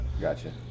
Gotcha